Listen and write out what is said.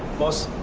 must